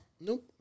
Nope